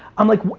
i'm like wha,